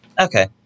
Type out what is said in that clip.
Okay